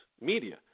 media